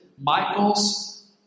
Michael's